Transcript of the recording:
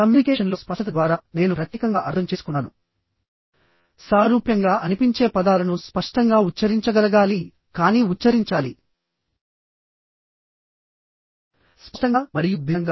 కమ్యూనికేషన్లో స్పష్టత ద్వారా నేను ప్రత్యేకంగా అర్థం చేసుకున్నాను సారూప్యంగా అనిపించే పదాలను స్పష్టంగా ఉచ్చరించగలగాలి కానీ ఉచ్ఛరించాలి స్పష్టంగా మరియు భిన్నంగా